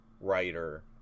writer